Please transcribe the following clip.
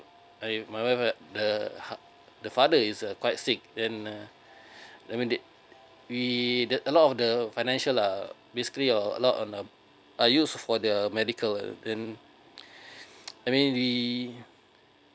my wife uh the father is uh quite sick then uh then we did we did a lot of the financial uh basically a lot on I use for the medical uh then I mean we